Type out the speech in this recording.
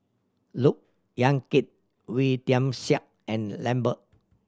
Look Yan Kit Wee Tian Siak and Lambert